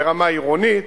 ברמה עירונית.